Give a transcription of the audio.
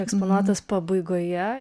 eksponuotas pabaigoje